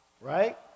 right